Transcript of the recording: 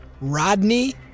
Rodney